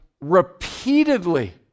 repeatedly